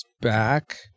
back